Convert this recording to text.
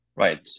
Right